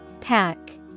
Pack